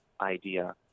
idea